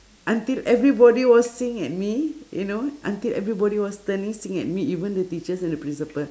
until everybody was seeing at me you know until everybody was turning seeing at me even the teachers and the principal